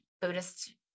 Buddhist